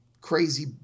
crazy